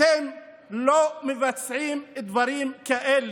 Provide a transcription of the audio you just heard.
אתם לא מבצעים דברים כאלה.